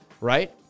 right